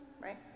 right